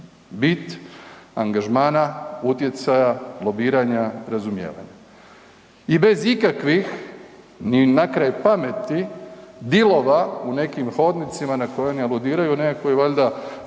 Bit angažmana, utjecaja, lobiranja, razumijevanja i bez ikakvih ni na kraj pameti dealova u nekim hodnicima na koje oni aludiraju, nekakvoj valjda